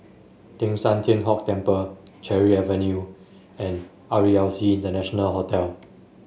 Teng San Tian Hock Temple Cherry Avenue and R E L C International Hotel